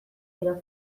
edo